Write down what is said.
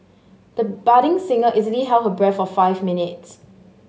the budding singer easily held her breath for five minutes